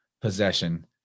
possession